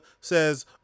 says